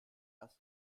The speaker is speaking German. das